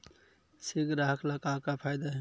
से ग्राहक ला का फ़ायदा हे?